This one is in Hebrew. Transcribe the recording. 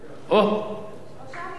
מה התיקון?